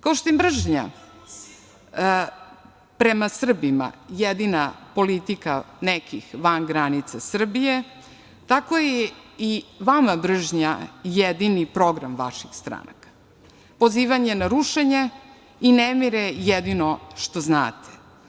Kao što je mržnja prema Srbima jedina politika nekih van granica Srbije, tako je i vama mržnja jedini program vaših stranaka, pozivanje na rušenje i nemire je jedino što znate.